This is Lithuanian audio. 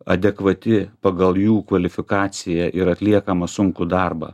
adekvati pagal jų kvalifikaciją ir atliekamą sunkų darbą